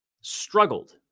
Struggled